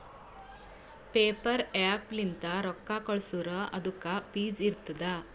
PayPal app ಲಿಂತ್ ರೊಕ್ಕಾ ಕಳ್ಸುರ್ ಅದುಕ್ಕ ಫೀಸ್ ಇರ್ತುದ್